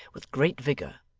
with great vigour,